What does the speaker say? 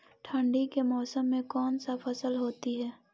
ठंडी के मौसम में कौन सा फसल होती है?